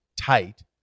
tight